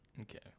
Okay